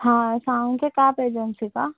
हां Salunkhe cab agency का